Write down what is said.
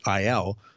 IL